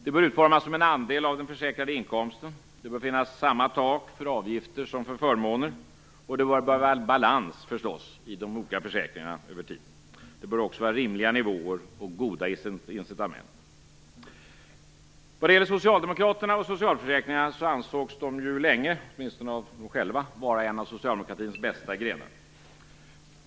De bör utformas som en andel av den försäkrade inkomsten. Det bör finnas samma tak för avgifter som för förmåner, och det bör förstås råda balans i de olika försäkringarna över tiden. Det bör också vara rimliga nivåer och goda incitament. Socialförsäkringarna ansågs ju länge vara en av socialdemokraternas bästa grenar, åtminstone av socialdemokraterna själva.